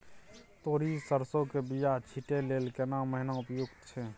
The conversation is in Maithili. तोरी, सरसो के बीया छींटै लेल केना महीना उपयुक्त छै?